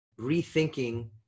rethinking